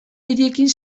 hiriekin